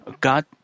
God